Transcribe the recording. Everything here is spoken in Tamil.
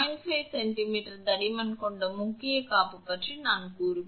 5 சென்டிமீட்டர் தடிமன் கொண்ட முக்கிய காப்பு பற்றி நான் கூறுவேன்